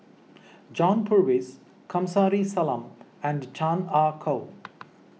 John Purvis Kamsari Salam and Chan Ah Kow